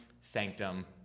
Sanctum